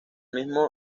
mismo